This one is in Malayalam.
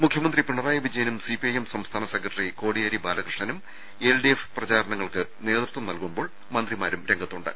മുഖ്യമന്ത്രി പിണറായി വിജയനും സി പി ഐ എം സംസ്ഥാന സെക്രട്ടറി കോടിയേരി ബാലകൃഷ്ണനും എൽ ഡി എഫ് പ്രചാരണങ്ങൾക്ക് നേതൃത്വം നൽകുമ്പോൾ മന്ത്രിമാരും രംഗത്തുണ്ട്